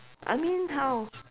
I mean how